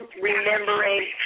remembering